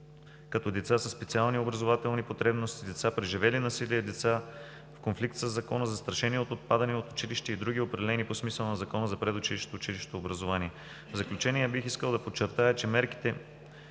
и деца със специални образователни потребности, деца преживели насилие, деца в конфликт със закона, застрашени от отпадане от училище и други определи по смисъла на Закона за предучилищното и училищното образование. В заключение бих искал да подчертая, че мерките,